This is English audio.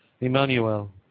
Emmanuel